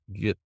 get